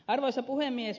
arvoisa puhemies